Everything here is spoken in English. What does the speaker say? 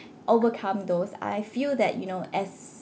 overcome those I feel that you know as